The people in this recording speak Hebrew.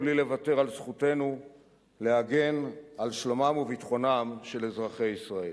מבלי לוותר על זכותנו להגן על שלומם וביטחונם של אזרחי ישראל.